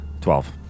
Twelve